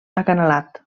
acanalat